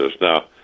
Now